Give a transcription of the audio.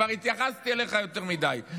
כבר התייחסתי אליך יותר מדי.